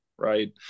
Right